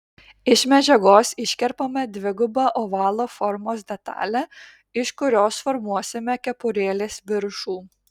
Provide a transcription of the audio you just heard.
iš medžiagos iškerpame dvigubą ovalo formos detalę iš kurios formuosime kepurėlės viršų